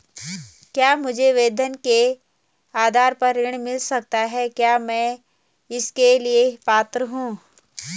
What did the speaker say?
क्या मुझे वेतन के आधार पर ऋण मिल सकता है क्या मैं इसके लिए पात्र हूँ?